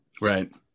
Right